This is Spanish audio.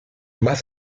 más